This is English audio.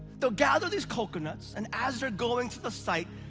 they'll gather these coconuts, and as they're going to the site,